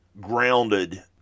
grounded